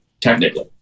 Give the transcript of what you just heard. Technically